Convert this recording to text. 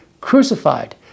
crucified